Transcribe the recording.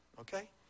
Okay